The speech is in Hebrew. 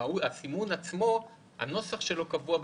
הסימון עצמו, הנוסח שלו קבוע בתוספת.